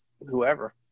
whoever